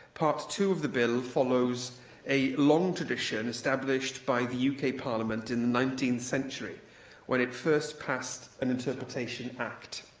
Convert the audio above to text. part two of the bill follows a long tradition established by the uk parliament in the nineteenth century when it first passed an interpretation act.